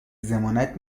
ضمانت